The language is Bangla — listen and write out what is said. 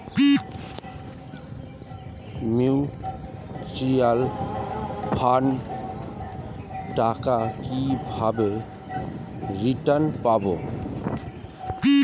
মিউচুয়াল ফান্ডের টাকা কিভাবে রিটার্ন পাব?